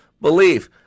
belief